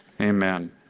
Amen